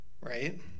right